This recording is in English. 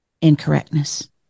incorrectness